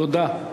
תודה.